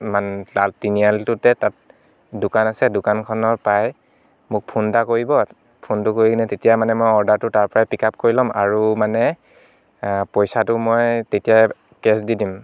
ইমান তাত তিনিআলিটোতে তাত দোকান আছে দোকানখনত পাই মোক ফোন এটা কৰিব ফোনটো কৰি কিনে তেতিয়া মানে মই অৰ্দাৰটো তাৰপৰাই পিক আপ কৰি লম আৰু মানে পইচাটো মই তেতিয়া কেছ দি দিম